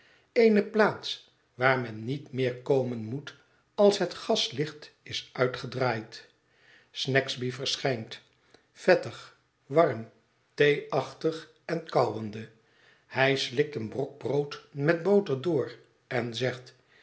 eene plaats waar men niet meer komen moet als het gaslicht is uitgedraaid snagsby verschijnt vettig warm theeachtig en kauwende hij slikt een brok brood met boter door en zegt